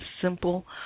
simple